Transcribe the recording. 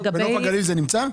בנוף הגליל זה נמצא?